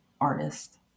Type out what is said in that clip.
artist